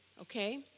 okay